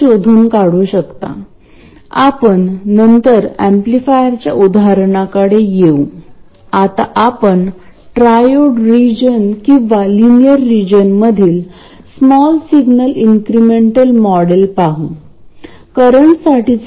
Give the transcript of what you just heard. किंवा जर मी हे MOS सिम्बॉल चा वापर करून रेखांकित केले आणि गेट सोर्स च्या अक्रॉस Vs आणि Rs असेल आणि RL इथे असेल तर हे सर्व या स्मॉल सिग्नल इन्क्रिमेंटल आकृतीत अशाप्रकारे आहे